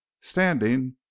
standing